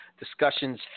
Discussions